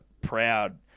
proud